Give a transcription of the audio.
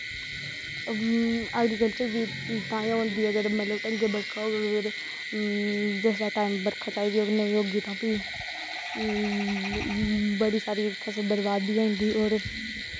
agriculture बी तां गै मिलदी ऐ अगर ढंगे दी बरखा होई दी होऐ जिस टाईम बरखा चाहिदी होगी नेईं होग तां फ्ही बड़ी सारी फसल बर्वाद बी होई जंदी होर